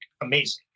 amazing